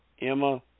Emma